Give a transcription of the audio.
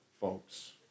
folks